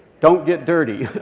don't get dirty.